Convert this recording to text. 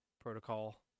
protocol